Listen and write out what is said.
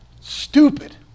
Stupid